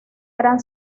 gran